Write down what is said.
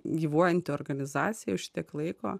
gyvuojanti organizacija jau šitiek laiko